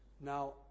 Now